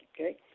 okay